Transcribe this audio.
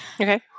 Okay